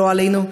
לא עלינו?